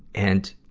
and,